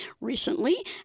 recently